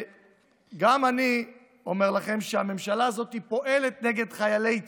וגם אני אומר לכם שהממשלה הזאת פועלת נגד חיילי צה"ל,